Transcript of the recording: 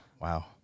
Wow